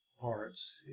parts